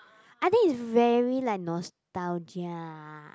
I think it's very like nostalgia